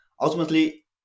ultimately